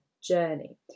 journey